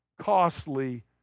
costly